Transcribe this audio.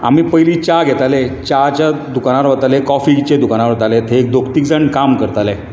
आमी पयले च्या घेताले च्याच्या दुकानार वताले कॉफीच्या दुकानार वताले थंय दोग तीग जाण काम करताले